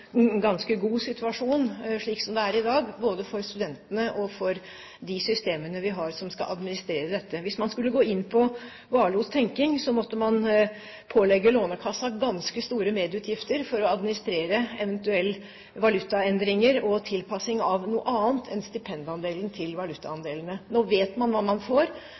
ganske god situasjon slik det er i dag, både for studentene og for de systemene vi har som skal administrere dette. Hvis man skulle gå inn på Warloes tenkning, måtte man pålegge Lånekassen ganske store merutgifter for å administrere eventuelle valutaendringer og tilpasning av noe annet enn stipendandelen til valutaandelene. Nå vet man hva man får.